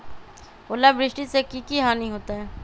ओलावृष्टि से की की हानि होतै?